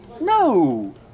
No